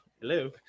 Hello